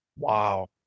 Wow